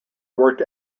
worked